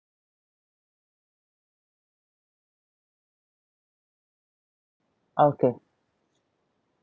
okay